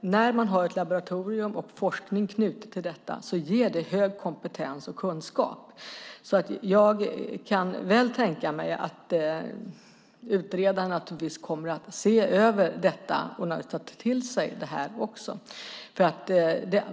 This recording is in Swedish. när man har ett laboratorium och forskning knutet till detta ger det hög kompetens och kunskap. Jag kan därför mycket väl tänka mig att utredaren kommer att se över detta och ta till sig detta också.